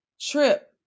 trip